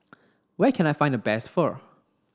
where can I find the best Pho